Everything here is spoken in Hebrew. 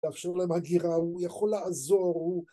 ‫לאפשר להם הגירה, הוא יכול לעזור, ‫הוא...